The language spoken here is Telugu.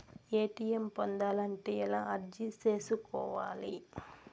ఎ.టి.ఎం పొందాలంటే ఎలా అర్జీ సేసుకోవాలి?